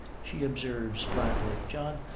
she observes blandly, john,